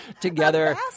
together